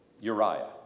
Uriah